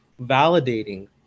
validating